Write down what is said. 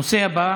הנושא הבא